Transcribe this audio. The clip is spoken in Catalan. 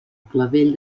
clavell